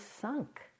sunk